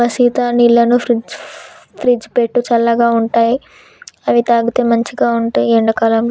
అబ్బ సీత నీళ్లను ఫ్రిజ్లో పెట్టు చల్లగా ఉంటాయిఅవి తాగితే మంచిగ ఉంటాయి ఈ ఎండా కాలంలో